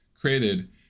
created